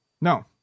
No